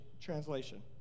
translation